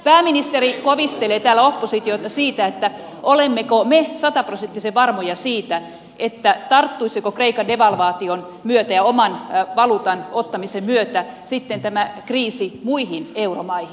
pääministeri kovistelee täällä oppositiota siitä olemmeko me sataprosenttisen varmoja siitä tarttuisiko kreikan devalvaation myötä ja oman valuutan ottamisen myötä sitten tämä kriisi muihin euromaihin